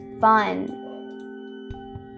fun